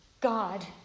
God